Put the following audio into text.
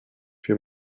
few